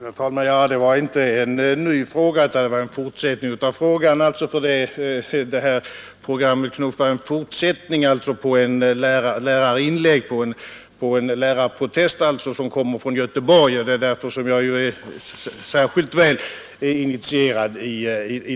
Herr talman! Det var inte en ny fråga, utan det var en fortsättning av frågan. Programmet Knuff var en fortsättning på en lärarprotest som kom från Göteborg, och det är därför som jag är särskilt väl initierad.